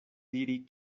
diri